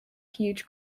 huge